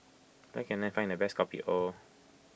where can I find the best Kopi O